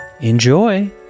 enjoy